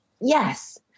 yes